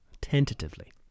tentatively